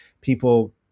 people